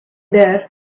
there